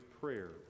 prayer